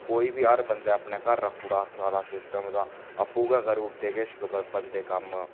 कोई बी हर बंदे अपने घर रक्खी ओड़े सारा सिस्टम ओह्दा आपूं गै करी ओड़दे किश बंदे कम्म